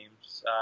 games